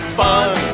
fun